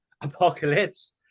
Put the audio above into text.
Apocalypse